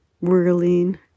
whirling